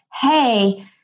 hey